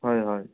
হয় হয়